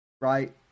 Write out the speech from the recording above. right